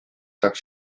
saaks